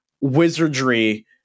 wizardry